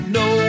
no